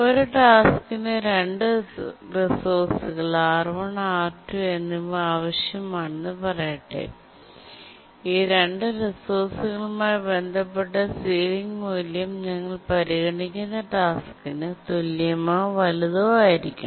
ഒരു ടാസ്ക്കിന് രണ്ട് റിസോഴ്സുകൾ R1 R2 എന്നിവ ആവശ്യമാണെന്ന് പറയട്ടെ ഈ രണ്ട് റിസോഴ്സുകളുമായി ബന്ധപ്പെട്ട സീലിംഗ് മൂല്യം ഞങ്ങൾ പരിഗണിക്കുന്ന ടാസ്കിന് തുല്യമോ വലുതോ ആയിരിക്കണം